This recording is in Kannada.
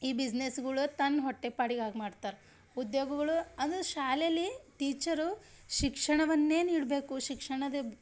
ಈ ಬಿಸ್ನೆಸ್ಗಳು ತನ್ನ ಹೊಟ್ಟೆಪಾಡಿಗಾಗಿ ಮಾಡ್ತಾರೆ ಉದ್ಯೋಗಗಳು ಅಂದರೆ ಶಾಲೇಲಿ ಟೀಚರು ಶಿಕ್ಷಣವನ್ನೇ ನೀಡಬೇಕು ಶಿಕ್ಷಣದ